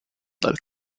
dal